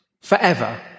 forever